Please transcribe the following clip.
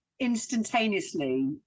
instantaneously